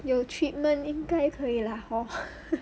有 treatment 应该可以 lah hor